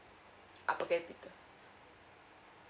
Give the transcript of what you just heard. ah per capita